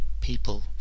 people